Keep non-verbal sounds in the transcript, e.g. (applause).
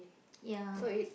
ya (noise)